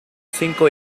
cinco